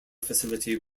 facility